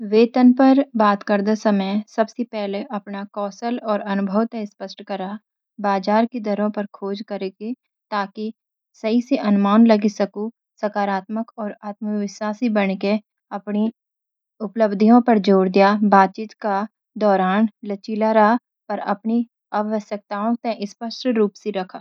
वेतन पर बात क्रदा समय सब सी पेला अपना कोसल और अनुभव ते स्पष्ट करा। बाज़ार की डरों पर खोज क्र ताकी सही सी अनुमान लगि सकु। सकारात्मक और आत्मविश्वशी बनिक ते रा और अपनी उपलब्धियोन पर जोर दया। बातचीत का डोरान लाछिला रा पर अपनी अवस्याक्ताओ ते स्पष्ट रूप सी रक्खा।